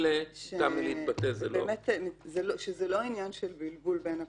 זה לא עניין של בלבול בין הפרטיות.